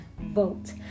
vote